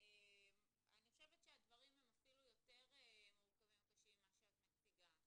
אני חושבת שהדברים הם אפילו יותר מורכבים וקשים מכפי שאת מציגה.